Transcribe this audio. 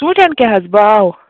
ژوٗنٹھٮ۪ن کیٛاہ حظ باو